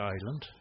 Island